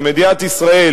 ומדינת ישראל,